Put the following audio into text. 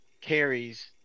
carries